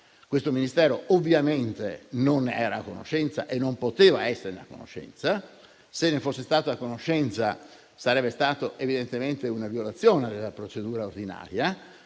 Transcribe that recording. Questo Ministero ovviamente non era a conoscenza e non poteva esserne a conoscenza; se ne fosse stato a conoscenza, sarebbe stata evidentemente una violazione della procedura ordinaria;